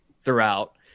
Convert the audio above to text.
Throughout